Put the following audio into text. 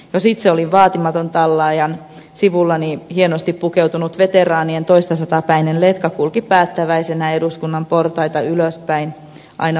jos itse olin vaatimaton tallaaja sivulla niin hienosti pukeutunut veteraanien toistasataapäinen letka kulki päättäväisenä eduskunnan portaita ylöspäin aina valtiosaliin saakka